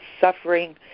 suffering